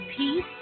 Peace